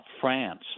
France